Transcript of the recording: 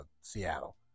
Seattle